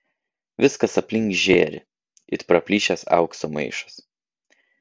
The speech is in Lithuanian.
viskas aplink žėri it praplyšęs aukso maišas